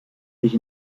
sich